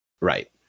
Right